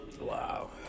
Wow